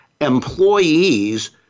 employees